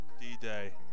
d-day